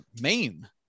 main